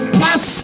pass